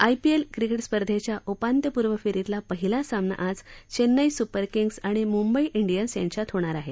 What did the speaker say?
IPL cricket स्पर्धेच्या उपांत्यपूर्व फेरीतला पहिला सामना आज चेन्नई सुपर किंग्ज आणि मुंबई डियन्स यांच्यात होणार आहे